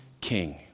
king